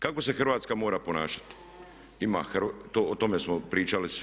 Kako se Hrvatska mora ponašati, o tome smo pričali svi.